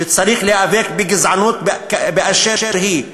שצריך להיאבק בגזענות באשר היא,